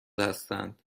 هستند